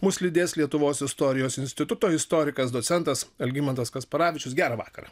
mus lydės lietuvos istorijos instituto istorikas docentas algimantas kasparavičius gerą vakarą